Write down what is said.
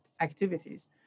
activities